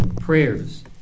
prayers